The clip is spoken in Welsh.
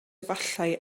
efallai